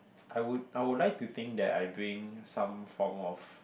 I would I would like to think that I bring some form of